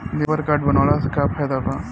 Labour card बनवाला से का फायदा बा?